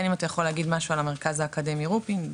כן אם אתה יכול להגיד משהו על המרכז האקדמי רופין,